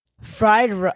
Fried